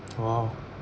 !wow!